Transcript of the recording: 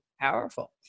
powerful